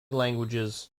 languages